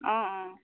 অ অ